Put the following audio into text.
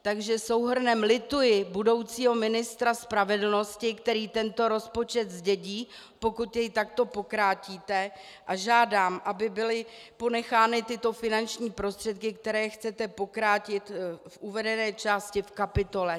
Takže souhrnem lituji budoucího ministra spravedlnosti, který tento rozpočet zdědí, pokud jej takto pokrátíte, a žádám, aby byly ponechány tyto finanční prostředky, které chcete pokrátit v uvedené části v kapitole.